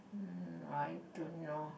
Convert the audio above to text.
mm I don't know